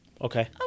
Okay